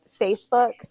Facebook